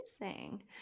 Amazing